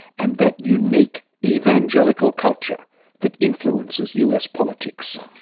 and that unique evangelical culture that influences us politics.